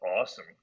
awesome